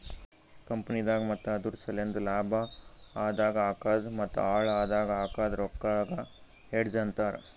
ಕಂಪನಿದಾಗ್ ಮತ್ತ ಅದುರ್ ಸಲೆಂದ್ ಲಾಭ ಆದಾಗ್ ಹಾಕದ್ ಮತ್ತ ಹಾಳ್ ಆದಾಗ್ ಹಾಕದ್ ರೊಕ್ಕಾಗ ಹೆಡ್ಜ್ ಅಂತರ್